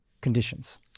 conditions